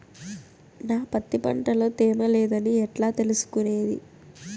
నా పత్తి పంట లో తేమ లేదని ఎట్లా తెలుసుకునేది?